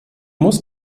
muss